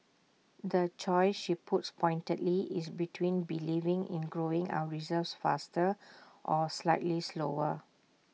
the choice she puts pointedly is between believing in growing our reserves faster or slightly slower